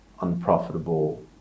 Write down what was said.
unprofitable